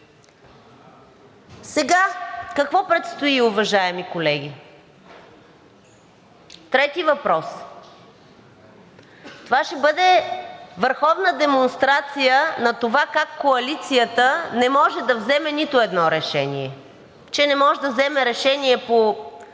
Сега какво предстои, уважаеми колеги? Трети въпрос: това ще бъде върховна демонстрация на това как коалицията не може да вземе нито едно решение. Че не може да вземе решение по